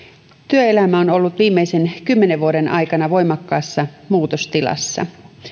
on ollut viimeisen kymmenen vuoden aikana voimakkaassa muutostilassa